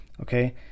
okay